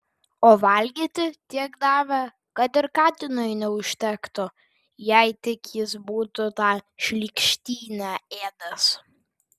o valgyti tiek davė kad ir katinui neužtektų jei tik jis būtų tą šlykštynę ėdęs